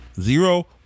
zero